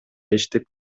иштеп